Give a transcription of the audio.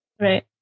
Right